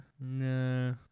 No